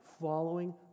following